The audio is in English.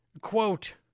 Quote